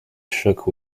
shook